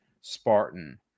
Spartan